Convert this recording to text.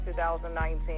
2019